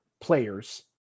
players